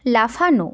লাফানো